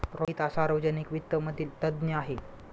रोहित हा सार्वजनिक वित्त मधील तज्ञ आहे